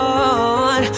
on